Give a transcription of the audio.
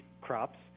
crops